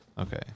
Okay